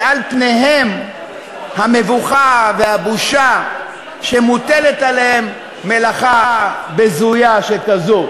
שעל פניהם המבוכה והבושה שמוטלת עליהם מלאכה בזויה שכזאת.